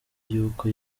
yuko